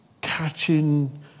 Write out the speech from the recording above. catching